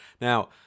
Now